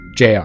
JR